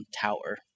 tower